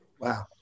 Wow